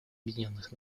объединенных